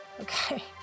Okay